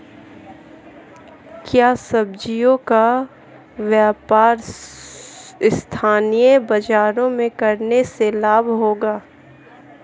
क्या सब्ज़ियों का व्यापार स्थानीय बाज़ारों में करने से लाभ होगा?